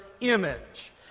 image